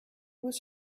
was